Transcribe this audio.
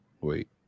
Wait